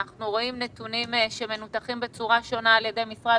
ואנחנו רואים נתונים שמנותחים בצורה שונה על-ידי משרד